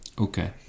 Okay